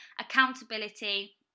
accountability